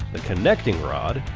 the connecting rod,